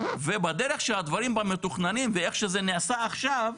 ובדרך שהדברים בה מתוכננים ואיך שזה נעשה עכשיו,